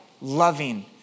loving